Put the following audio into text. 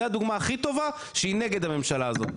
זה הדוגמה הכי טובה שהיא נגד הממשלה הזאת.